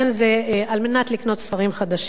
זה על מנת לקנות ספרים חדשים,